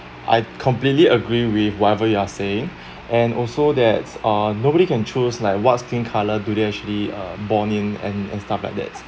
I completely agree with whatever you are saying and also that uh nobody can choose like what skin color do they actually uh born in and and stuff like that